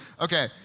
Okay